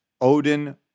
odin